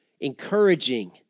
encouraging